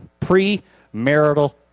premarital